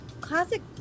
classic